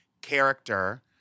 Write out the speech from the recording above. character